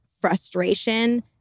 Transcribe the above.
frustration